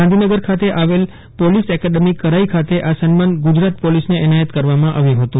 ગાંધીનગર ખાતે આવેલ police academy કરાઇ ખાતે આ સમ્માન ગુજરાત પોલીસને એનાયત કરવામાં આવ્યું હતું